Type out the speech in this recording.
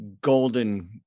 golden